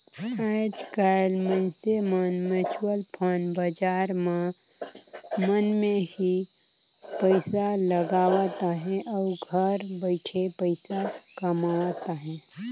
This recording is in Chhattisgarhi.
आएज काएल मइनसे मन म्युचुअल फंड बजार मन में ही पइसा लगावत अहें अउ घर बइठे पइसा कमावत अहें